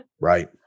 Right